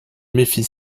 méfie